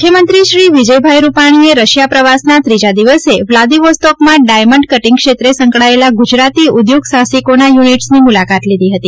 Russia મુખ્યમંત્રી શ્રી વિજયભાઇ રૂપાણીએ Russia પ્રવાસના ત્રીજા દિવસે વ્લાદીવોસ્ટોકમાં ડાયમન્ડ કટીગ ક્ષેત્રે સંકળાયેલા ગુજરાતી ઊદ્યોગ સાહસિકોના યુનિટસની મૂલાકાત લીધી હતી